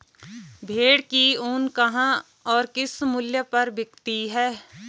भेड़ की ऊन कहाँ और किस मूल्य पर बिकती है?